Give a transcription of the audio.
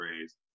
raised